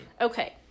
Okay